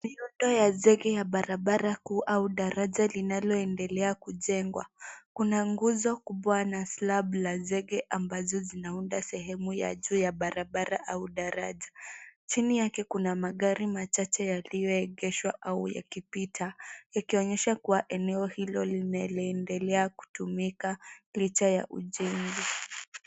Miundo ya zege ya barabara kuu au daraja linaloendelea kujengwa. Kuna nguzo kubwa na slab la zege ambazo zinaunda sehemu ya juu ya barabara au daraja. Chini yake kuna magari machache yaliyoegeshwa au yakipita yakionyesha kuwa eneo hilo linaendelea kutumika licha ya ujenzi .